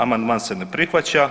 Amandman se ne prihvaća.